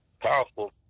Powerful